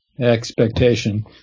expectation